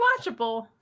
watchable